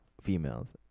Females